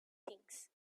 things